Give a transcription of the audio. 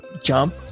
jump